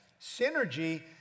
Synergy